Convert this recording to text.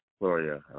Gloria